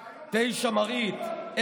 9. מרעית,